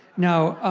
no.